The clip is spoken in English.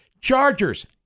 Chargers